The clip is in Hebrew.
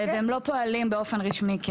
אז הם לא פועלים באופן רשמי כ